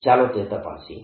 ચાલો તે તપાસીએ